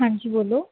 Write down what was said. ਹਾਂਜੀ ਬੋਲੋ